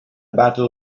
battle